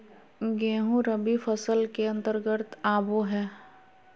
गेंहूँ रबी फसल के अंतर्गत आबो हय